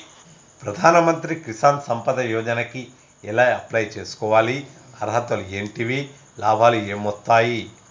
ప్రధాన మంత్రి కిసాన్ సంపద యోజన కి ఎలా అప్లయ్ చేసుకోవాలి? అర్హతలు ఏంటివి? లాభాలు ఏమొస్తాయి?